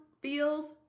feels